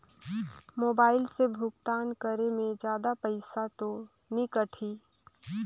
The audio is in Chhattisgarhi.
मोबाइल से भुगतान करे मे जादा पईसा तो नि कटही?